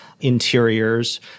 interiors